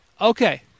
Okay